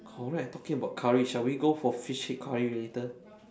correct talking about curry shall we go for fish head curry later